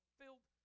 filled